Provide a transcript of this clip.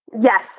Yes